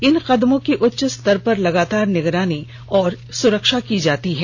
इन कदमों की उच्च स्तर पर लगातार निगरानी और सुरक्षा की जाती है